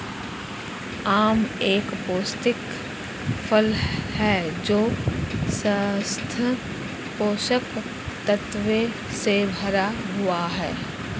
आम एक पौष्टिक फल है जो स्वस्थ पोषक तत्वों से भरा हुआ है